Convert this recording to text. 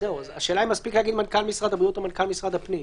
השאלה אם מספיק להגיד מנכ"ל משרד הבריאות או מנכ"ל משרד הפנים.